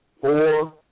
four